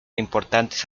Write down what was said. importantes